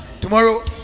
tomorrow